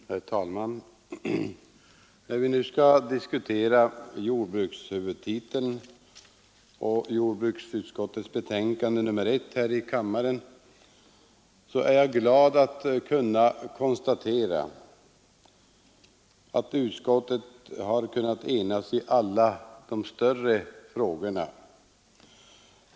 Herr talman! När vi nu skall diskutera jordbrukshuvudtiteln och jordbruksutskottets betänkande nr 1 här i kammaren är jag glad att kunna konstatera att utskottet har enats i alla större frågor.